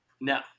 No